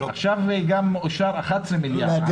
עכשיו גם אישרו 11 מיליארד שקל.